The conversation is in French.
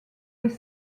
des